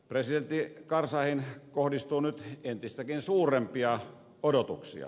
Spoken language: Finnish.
presidentti karzaihin kohdistuu nyt entistäkin suurempia odotuksia